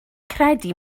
credu